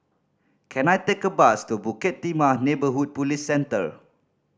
can I take a bus to Bukit Timah Neighbourhood Police Centre